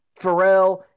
Pharrell